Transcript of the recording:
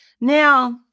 Now